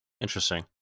Interesting